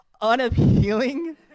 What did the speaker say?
unappealing